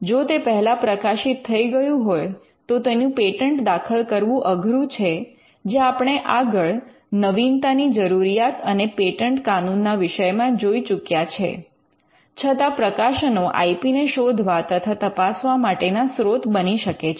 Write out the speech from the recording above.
જો તે પહેલા પ્રકાશિત થઈ ગયું હોય તો તેનું પેટન્ટ દાખલ કરવું અઘરું છે જે આપણે આગળ નવીનતા ની જરૂરિયાત અને પેટન્ટ કાનૂન ના વિષયમાં જોઈ ચૂક્યા છે છતાં પ્રકાશનો આઇ પી ને શોધવા તથા તપાસવા માટે ના સ્રોત બની શકે છે